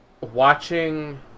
watching